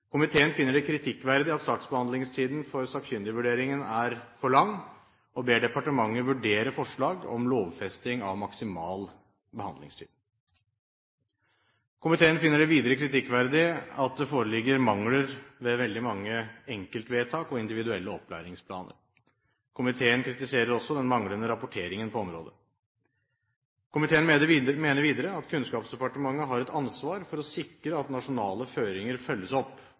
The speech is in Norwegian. Komiteen finner det kritikkverdig at saksbehandlingstiden for sakkyndigvurderingen er for lang, og ber departementet vurdere forslag om lovfesting av maksimal behandlingstid. Komiteen finner det videre kritikkverdig at det foreligger mangler ved veldig mange enkeltvedtak og individuelle opplæringsplaner. Komiteen kritiserer også den manglende rapporteringen på området. Komiteen mener videre at Kunnskapsdepartementet har et ansvar for å sikre at nasjonale føringer følges opp.